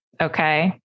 Okay